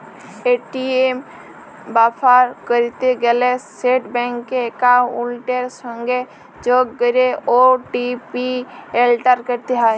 ATM ব্যাভার ক্যরতে গ্যালে সেট ব্যাংক একাউলটের সংগে যগ ক্যরে ও.টি.পি এলটার ক্যরতে হ্যয়